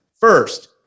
first